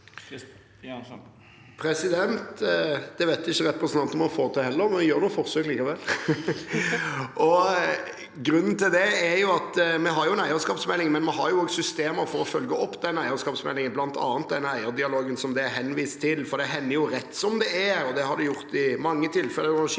Det vet heller ikke representanten om han får til, men han gjør et forsøk likevel. Grunnen til det er at vi har en eierskapsmelding, men vi har også systemer for å følge opp den eierskapsmeldingen, bl.a. den eierdialogen som det er henvist til. For det hender jo rett som det er, og det har det gjort i mange tilfeller og med